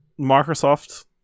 Microsoft